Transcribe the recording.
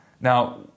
Now